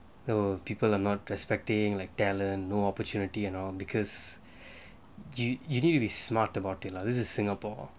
the people are not respecting like talent no opportunity and all because you you need to be smart about it lah this is singapore